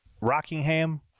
Rockingham